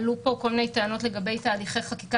עלו פה כל מיני טענות לגבי תהליכי חקיקה